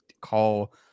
call